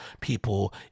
people